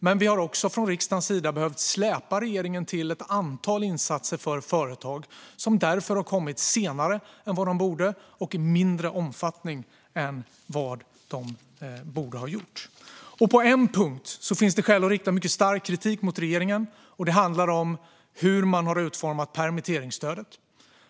Men vi har också från riksdagens sida behövt släpa regeringen till ett antal insatser för företag som därför har kommit senare och i mindre omfattning än de borde. På en punkt finns det skäl att rikta mycket stark kritik mot regeringen, och den handlar om hur man har utformat permitteringsstödet.